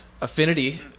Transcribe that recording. affinity